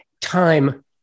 time